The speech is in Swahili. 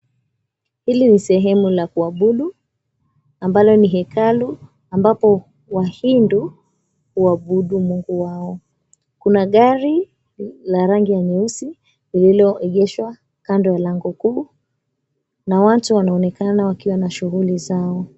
Hili ni sehemu la kuabudu, ambalo ni hekalu ambapo Wahindu huabudu mungu wao. Kuna gari la rangi ya nyeusi lililoegeshwa kando ya lango kuu na watu wanaonekana wakiwa na shughuli zao.